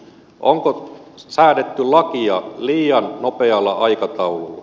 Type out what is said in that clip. onko säädetty lakia liian nopealla aikataululla